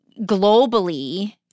globally